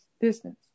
distance